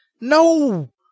no